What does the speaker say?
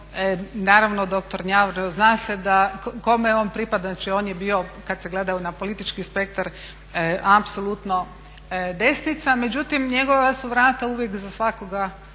Naravno doktor Njavro zna se kome on pripada, znači on je bio kad se gledalo na politički spektar apsolutno desnica, međutim njegova su vrata uvijek za svakoga